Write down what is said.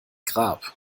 grab